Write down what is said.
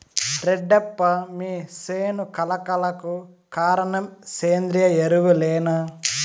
రెడ్డప్ప మీ సేను కళ కళకు కారణం సేంద్రీయ ఎరువులేనా